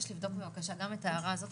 גם בתקציב משרד החינוך,